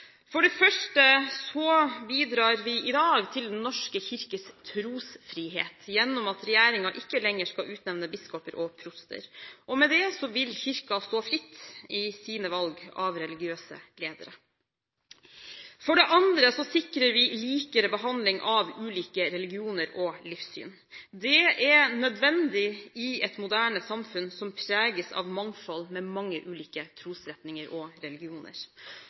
For det første bidrar vi i dag til Den norske kirkes trosfrihet gjennom at regjeringen ikke lenger skal utnevne biskoper og proster. Med det vil Kirken stå fritt i sine valg av religiøse ledere. For det andre sikrer vi likere behandling av ulike religioner og livssyn. Det er nødvendig i et moderne samfunn som preges av mangfold, med mange ulike trosretninger og religioner.